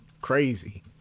crazy